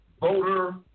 voter